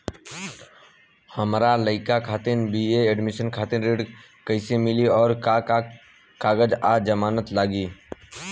हमार लइका खातिर बी.ए एडमिशन खातिर ऋण कइसे मिली और का का कागज आ जमानत लागी?